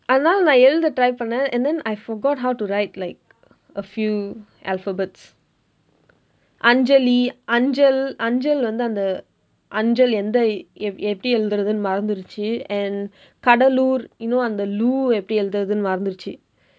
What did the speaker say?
அதனால நான் எழுத:athanaala naan ezhutha try பண்ணுனேன்:pannuneen and then I forgot how to write like a few alphabets anjali anjal~ anjal வந்து அந்த:vandthu andtha anjal எந்த எப்படி எழுதுறதுன்னு மறந்திருச்சு:endtha eppadi ezhuthurathunnu marandthiruchsu and Cuddalore you know அந்த லு எப்படி எழுதுறது என்று மறந்திருச்சு:andtha lu eppadi ezhuthurathu enru marandthiruchsu